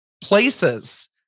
places